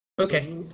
Okay